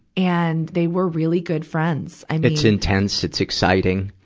and they were really good friends. and it's intense, it's exciting.